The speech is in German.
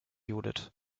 judith